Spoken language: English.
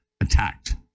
attacked